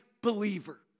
believer